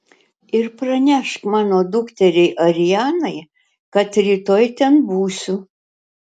ir pranešk mano dukteriai arianai kad rytoj ten būsiu